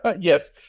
Yes